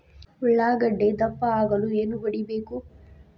ಉಳ್ಳಾಗಡ್ಡೆ ದಪ್ಪ ಆಗಲು ಏನು ಹೊಡಿಬೇಕು?